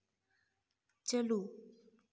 ᱪᱟᱹᱞᱩ